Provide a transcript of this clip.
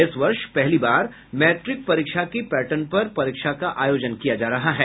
इस वर्ष पहली बार मैट्रिक परीक्षा के पैटर्न पर परीक्षा का आयोजन किया जा रहा है